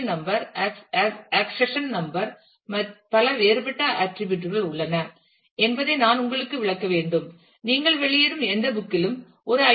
என் number accession number பல வேறுபட்ட ஆட்டிரிபியூட் கள் உள்ளன என்பதை நான் உங்களுக்கு விளக்க வேண்டும் நீங்கள் வெளியிடும் எந்த புக் கிலும் ஒரு ஐ